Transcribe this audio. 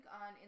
on